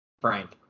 Frank